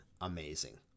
amazing